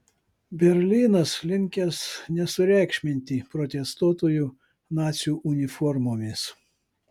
berlynas linkęs nesureikšminti protestuotojų nacių uniformomis